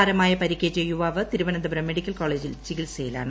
സാരമായി പരിക്കേറ്റ യുവാവ് തിരുവനന്തപുരം മെഡിക്കൽകോളേജിൽ ചികിൽസയിലാണ്